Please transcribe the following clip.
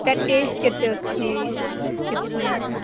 ତା ଟେଷ୍ଟ୍ କେତେ ଅଛି କେତେ ସୁନ୍ଦର